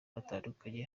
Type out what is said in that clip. batandukanye